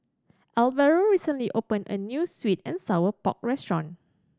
Alvaro recently opened a new sweet and sour pork restaurant